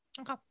Okay